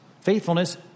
Faithfulness